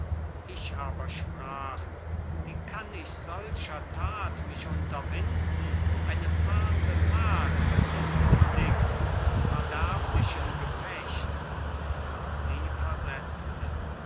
ich aber sprach wie kann ich solcher tat mich unterwinden eine zarte magd unkundig des verderblichen gefechts und sie versetzte